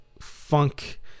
funk